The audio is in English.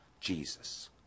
Jesus